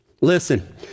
Listen